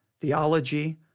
theology